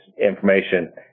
information